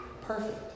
perfect